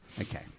Okay